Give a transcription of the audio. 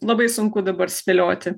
labai sunku dabar spėlioti